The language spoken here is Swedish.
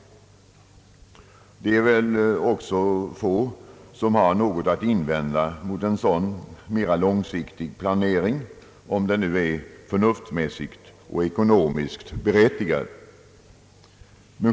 Det är väl få som har något att invända mot en sådan mera långsiktig planering, om den är förnuftsmässigt och ekonomiskt berättigad.